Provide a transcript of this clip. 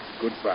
goodbye